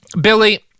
Billy